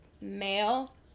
Male